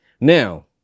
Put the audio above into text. Now